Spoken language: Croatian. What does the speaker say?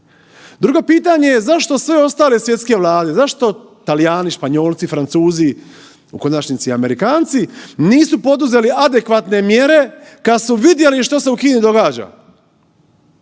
Drugo pitanje je zašto sve ostale svjetske vlade, zašto Talijani, Španjolci, Francuzi u konačnici Amerikanci nisu poduzeli adekvatne mjere kada su vidjeli što se u Kini događa,